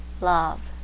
Love